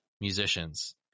musicians